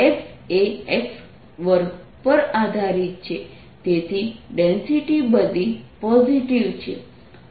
અને x તે x2 પર આધારીત છે તેથી ડેન્સિટી બઘી પોઝિટિવ છે